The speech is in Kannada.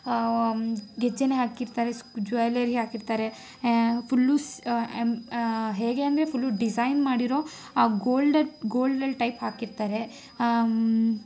ಗೆಜ್ಜೆನೆ ಹಾಕಿರ್ತಾರೆ ಸ್ಕು ಜ್ಯುವೆಲರಿ ಹಾಕಿರ್ತಾರೆ ಫುಲ್ಲು ಸ್ ಹೇಗೆ ಅಂದರೆ ಫುಲು ಡಿಸೈನ್ ಮಾಡಿರೋ ಗೋಲ್ಡೆಡ್ ಗೋಲ್ಡಲ್ಲಿ ಟೈಪ್ ಹಾಕಿರ್ತಾರೆ